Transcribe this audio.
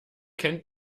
kennt